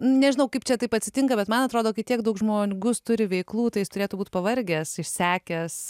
nežinau kaip čia taip atsitinka bet man atrodo kai tiek daug žmogus turi veiklų tai jis turėtų būt pavargęs išsekęs